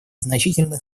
значительных